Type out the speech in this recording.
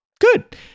Good